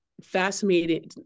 fascinating